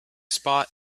spot